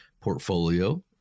portfolio